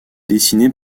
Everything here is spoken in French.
dessiné